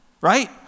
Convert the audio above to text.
right